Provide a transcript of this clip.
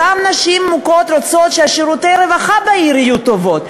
אותן נשים מוכות רוצות ששירותי הרווחה בעיר יהיו טובים.